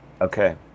Okay